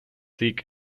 sick